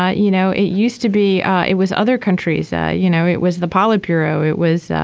ah you know it used to be it was other countries. ah you know it was the politburo it was